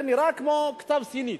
זה נראה כמו כתב סיני.